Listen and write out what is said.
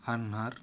హన్నార్